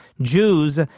Jews